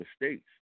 mistakes